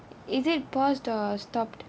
is it paused or stopped